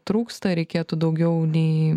trūksta reikėtų daugiau nei